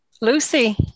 Lucy